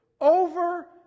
over